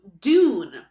Dune